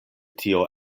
tio